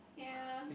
yeah